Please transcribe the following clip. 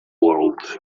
world